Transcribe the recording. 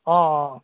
অঁ অঁ